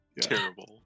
Terrible